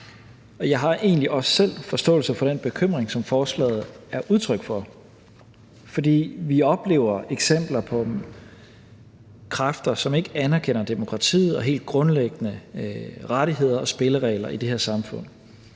jeg har egentlig også selv forståelse for den bekymring, som forslaget er udtryk for. For vi oplever eksempler på kræfter, som ikke anerkender demokratiet og helt grundlæggende rettigheder og spilleregler i det her samfund.